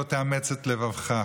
לא תאמץ את לבבך,